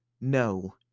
No